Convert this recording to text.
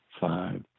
five